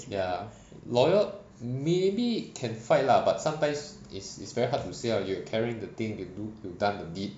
ya lawyer maybe can fight lah but sometimes is very hard to say you're carrying the thing you do you've done the deed